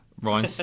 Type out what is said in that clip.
Ryan